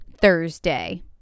Thursday